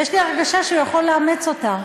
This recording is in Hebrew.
ויש לי הרגשה שהוא יכול לאמץ אותה,